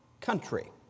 country